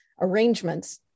arrangements